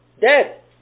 Dead